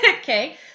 Okay